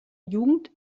jugend